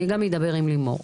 אני גם אדבר עם לימור.